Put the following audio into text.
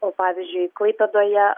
o pavyzdžiui klaipėdoje